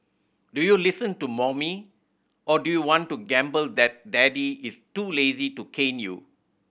do you listen to mommy or do you want to gamble that daddy is too lazy to cane you